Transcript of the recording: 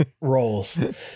roles